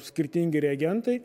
skirtingi reagentai